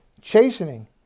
chastening